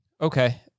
Okay